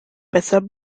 besser